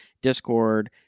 Discord